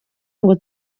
ngo